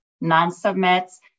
non-submits